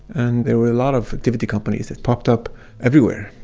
and there were a lot of activity companies that popped up everywhere.